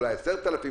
אולי 10,000,